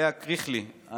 לאה קריכלי,